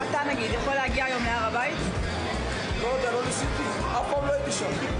יכול להיות שגם חברי הכנסת האחרים ישאלו שאלות נוספות והראשונה היא: